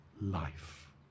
life